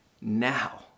now